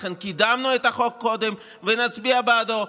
לכן קידמנו את החוק קודם ונצביע בעדו.